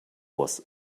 was